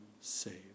saved